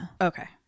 Okay